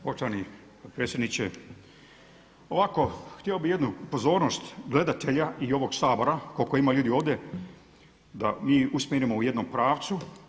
Poštovani potpredsjedniče, ovako htio bih jednu pozornost gledatelja i Sabora koliko ima ljudi ovdje da mi usmjerimo u jednom pravcu.